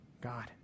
God